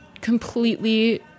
completely